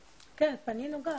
כן, פנינו גם.